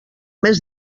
més